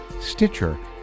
stitcher